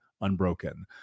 unbroken